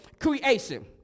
creation